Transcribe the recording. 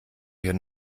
hier